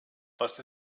was